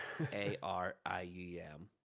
A-R-I-U-M